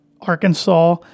Arkansas